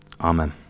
Amen